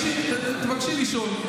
תבקשי לשאול.